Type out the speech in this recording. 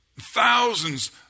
Thousands